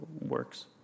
works